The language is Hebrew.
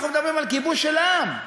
אנחנו מדברים על כיבוש של עם.